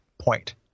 point